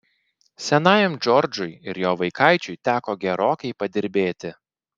senajam džordžui ir jo vaikaičiui teko gerokai padirbėti